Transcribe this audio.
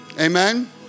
Amen